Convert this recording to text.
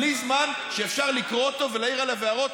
בלי זמן לאפשר לקרוא אותו ולהעיר עליו הערות,